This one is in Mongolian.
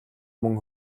мөн